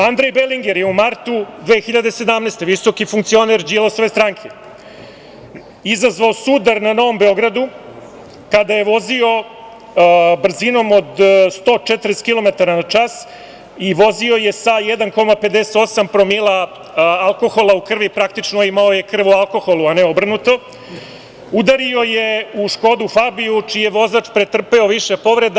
Andrej Belinger je u martu 2017, visoki funkcioner Đilasove stranke, izazvao sudar na Novom Beogradu kada je vozio brzinom od 140 km na čas i vozio je sa 1,58 promila alkohola u krivi, praktično imao je krv u alkoholu, a ne obrnuto, udario je u Škodu Fabiu čiji je vozač pretrpeo više povreda.